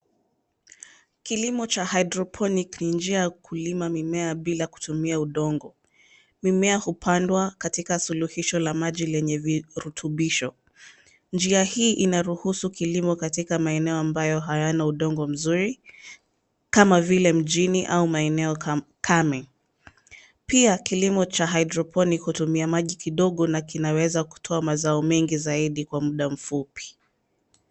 Kilimo cha hydroponic ni njia ya kulima mimea bila kutumia udongo. Mimea hupandwa katika suluhisho la maji lenye virutubisho. Njia hii inaruhusu kilimo katika maeneo ambayo hayana udongo mzuri, kama vile mjini au maeneo kame. Pia kilimo cha hydroponic hutumia maji kidogo na kinaweza kutoa mazao mengi zaidi kwa muda mfupi.